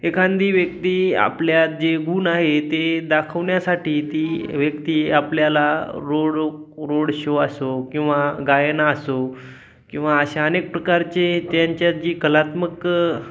एखादी व्यक्ती आपल्यात जे गुण आहे ते दाखवण्यासाठी ती व्यक्ती आपल्याला रोड रोड शो असो किंवा गायन असो किंवा अशा अनेक प्रकारचे त्यांच्यात जी कलात्मक